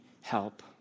help